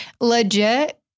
legit